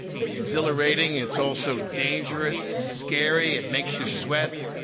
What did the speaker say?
it's exhilarating. it's also dangerous, scary, it makes you sweat,